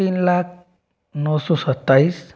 तीन लाख नौ सौ सताईस